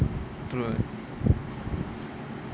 true